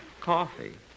Coffee